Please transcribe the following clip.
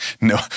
no